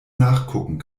nachgucken